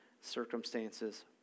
circumstances